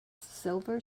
silver